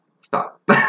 Stop